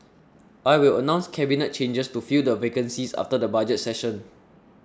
I will announce cabinet changes to fill the vacancies after the budget session